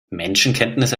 menschenkenntnis